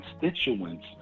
constituents